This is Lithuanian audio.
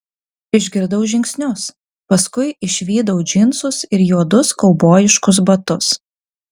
išgirdau žingsnius paskui išvydau džinsus ir juodus kaubojiškus batus